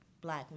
black